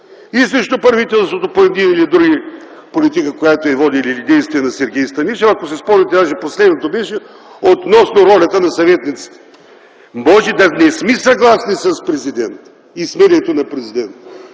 срещу и по едни или други политики, която е водил, или действия на Сергей Станишев. Ако си спомняте даже последното беше относно ролята на съветниците. Може да не сме съгласни с президента и с мнението на президента,